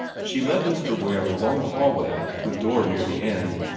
she led mr. ware along the hall-way to a door near the end,